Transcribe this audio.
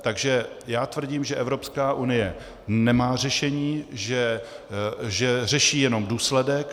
Takže já tvrdím, že Evropská unie nemá řešení, že řeší jenom důsledek.